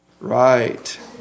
Right